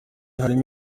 harimo